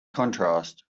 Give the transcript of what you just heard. contrast